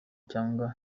cyangwa